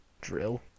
Drill